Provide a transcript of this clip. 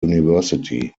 university